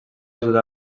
ajudar